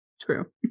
true